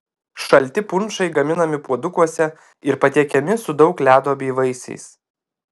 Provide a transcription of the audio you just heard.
šalti punšai gaminami puodukuose ir patiekiami su daug ledo bei vaisiais